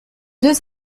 deux